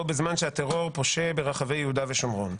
בו בזמן שהטרור פושה ברחבי יהודה ושומרון,